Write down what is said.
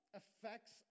effects